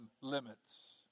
limits